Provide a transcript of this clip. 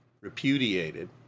repudiated